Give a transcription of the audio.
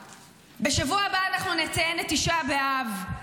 בשבוע הבא אנחנו נציין את תשעה באב.